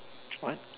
what